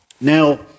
Now